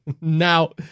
Now